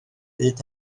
bryd